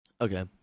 Okay